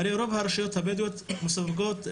רוב הרשויות הבדואיות מסווגות ב-א'1,